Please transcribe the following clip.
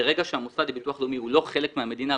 וברגע שהמוסד לביטוח לאומי הוא לא חלק מהמדינה,